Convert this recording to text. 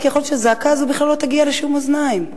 כי יכול להיות שהזעקה הזאת בכלל לא תגיע לאוזניים כלשהן.